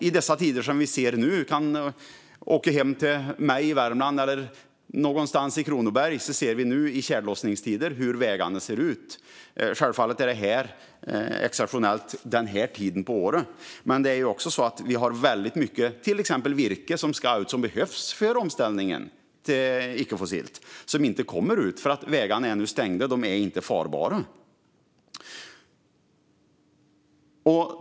I dessa tjällossningstider kan vi se hur vägarna ser ut hos mig i Värmland eller i Kronoberg. Självfallet är det exceptionellt den här tiden på året, men det finns mycket virke som ska köras ut och som behövs för omställningen till icke-fossilt. Men virket kommer inte ut eftersom vägarna är stängda på grund av att de inte är farbara.